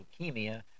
leukemia